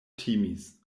timis